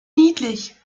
niedlich